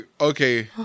Okay